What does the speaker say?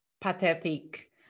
pathetic